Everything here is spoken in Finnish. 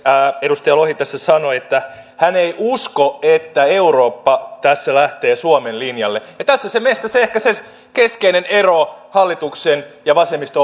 edustaja lohi sanoi että hän ei usko että eurooppa lähtee suomen linjalle tässä meillä ehkä se se keskeinen ero hallituksen ja vasemmisto